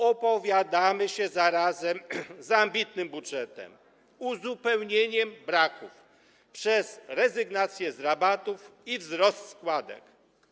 Opowiadamy się zarazem za ambitnym budżetem, uzupełnieniem braków przez rezygnację z rabatów i wzrost składek.